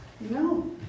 No